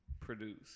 Produce